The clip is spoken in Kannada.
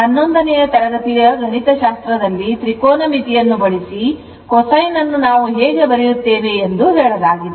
11 ನೇ ತರಗತಿಯ ಗಣಿತಶಾಸ್ತ್ರದಲ್ಲಿ ತ್ರಿಕೋನಮಿತಿಯನ್ನು ಬಳಸಿ cosine ಅನ್ನು ನಾವು ಹೇಗೆ ಬರೆಯುತ್ತೇವೆ ಎಂದು ಹೇಳಲಾಗಿದೆ